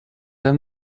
hem